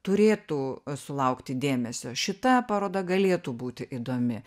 turėtų sulaukti dėmesio šita paroda galėtų būti įdomi